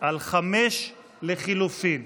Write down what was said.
על 5 לחלופין.